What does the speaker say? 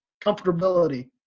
comfortability